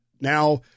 Now